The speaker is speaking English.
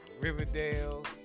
Riverdale